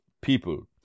people